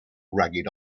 ragged